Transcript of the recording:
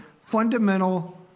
fundamental